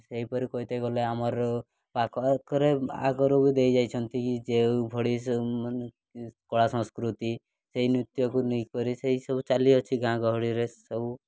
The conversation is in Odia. ସେହିପରି କହିତେ ଗଲେ ଆମର ପାଖରେ ଆଗରୁ ବି ଦେଇଯାଇଛନ୍ତି କି ଯେଉଁଭଳି ମାନେ କଳା ସଂସ୍କୃତି ସେହି ନୃତ୍ୟକୁ ନେଇକରି ସେହିସବୁ ଚାଲିଅଛି ଗାଁ ଗହଳିରେ ସବୁ